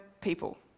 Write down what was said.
people